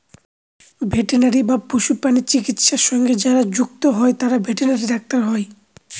veterinary বা পশুপ্রাণী চিকিৎসা সঙ্গে যারা যুক্ত হয় তারা ভেটেনারি ডাক্তার হয়